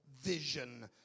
vision